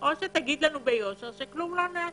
או שתגיד לנו ביושר שכלום לא נעשה.